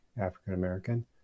African-American